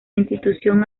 institución